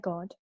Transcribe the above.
God